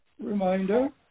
Reminder